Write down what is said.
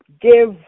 give